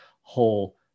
whole